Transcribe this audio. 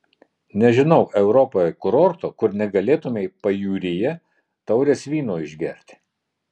nežinau europoje kurorto kur negalėtumei pajūryje taurės vyno išgerti